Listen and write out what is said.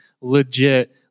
legit